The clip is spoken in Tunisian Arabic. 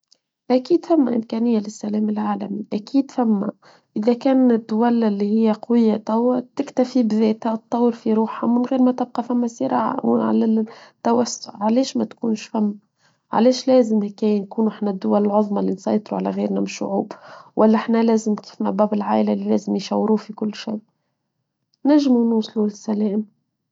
أكيد فم إمكانية للسلام العالمي أكيد فم إذا كان الدولة اللي هي قوية توا تكتفي بذاتها تطور في روحها من غير ما تبقى فم سرعة على اللي توسط عليش ما تكونش فم عليش لازم هي نكون احنا الدول العظمى اللي نسيطر على غيرنا مش شعوب ولا احنا لازم نكون باب العائلة اللي لازم يشوروا في كل شي نجمو ونوصلوا للسلام.